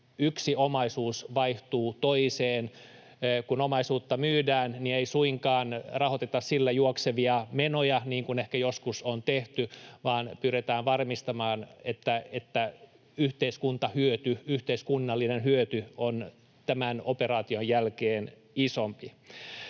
yksi omaisuus vaihtuu toiseen. Kun omaisuutta myydään, niin ei suinkaan rahoiteta sillä juoksevia menoja niin kuin ehkä joskus on tehty, vaan pyritään varmistamaan, että yhteiskuntahyöty, yhteiskunnallinen hyöty, on tämän operaation jälkeen isompi.